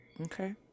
Okay